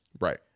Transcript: right